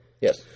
Yes